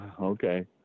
Okay